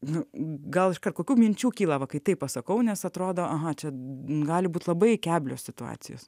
nu gal iškark kokių minčių kyla va kai tai pasakau nes atrodo aha čia gali būt labai keblios situacijos